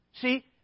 See